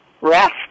rest